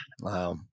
wow